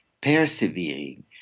persevering